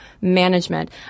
management